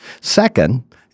Second